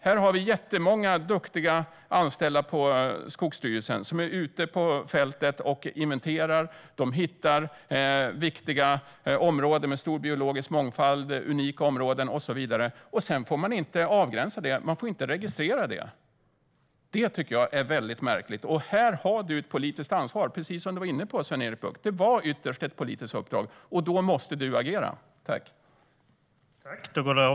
Det finns jättemånga duktiga anställda på Skogsstyrelsen som är ute på fältet och inventerar och hittar viktiga, unika områden med stor biologisk mångfald. Sedan får de inte avgränsa det eller registrera det. Det är märkligt. Här har du ett politiskt ansvar, Sven-Erik Bucht. Precis som du var inne på var det ytterst ett politiskt uppdrag. Då måste du agera.